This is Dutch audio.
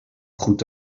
goed